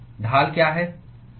ढाल क्या है